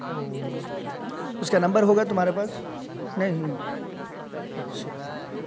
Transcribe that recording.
اوہ اس کا نمبر ہوگا تمہارے پاس نہیں اچھا